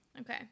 Okay